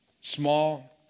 small